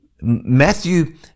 Matthew